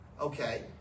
okay